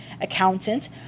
accountant